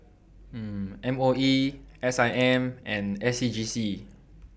M O E S I M and S C G C